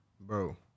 bro